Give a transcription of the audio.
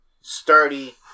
sturdy